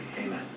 Amen